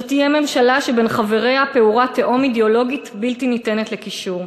זאת תהיה ממשלה שבין חבריה פעורה תהום אידיאולוגית בלתי ניתנת לגישור.